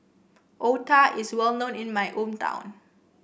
otah is well known in my hometown